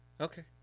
Okay